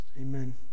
Amen